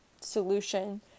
solution